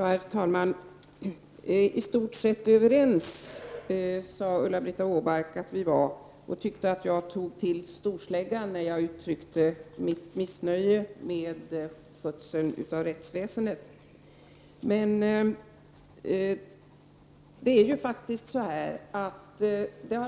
Herr talman! Ulla-Britt Åbark sade att vi är i stort sett överens. Hon tyckte jag tog till storsläggan när jag uttryckte mitt missnöje med skötseln av rättsväsendet. Men det har faktiskt